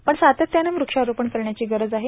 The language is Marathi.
पण सातत्यानं व्रक्षारोपण करण्याची गरज आहे